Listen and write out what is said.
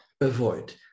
avoid